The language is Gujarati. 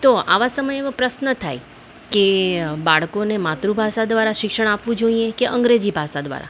તો આવા સમયમાં પ્રશ્ન થાય કે બાળકોને માતૃભાષા દ્વારા શિક્ષણ આપવું જોઈએ કે અંગ્રેજી ભાષા દ્વારા